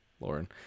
Lauren